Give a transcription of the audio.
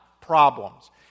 problems